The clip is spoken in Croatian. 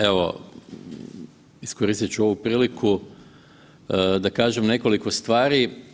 Evo, iskoristit ću ovu priliku da kažem nekoliko stvari.